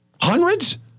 Hundreds